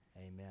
Amen